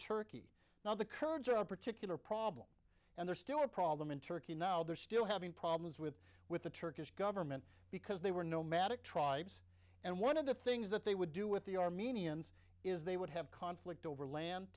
turkey now the kurds are a particular problem and there's still a problem in turkey now they're still having problems with with the turkish government because they were nomadic tribes and one of the things that they would do with the armenians is they would have conflict over land